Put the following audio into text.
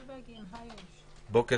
בוקר